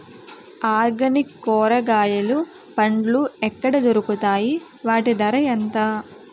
Organic కూరగాయలు పండ్లు ఎక్కడ దొరుకుతాయి? వాటి ధర ఎంత?